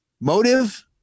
motive